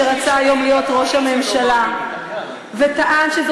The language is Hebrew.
שרצה היום להיות ראש הממשלה וטען שזו